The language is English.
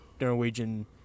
Norwegian